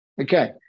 Okay